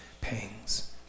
pangs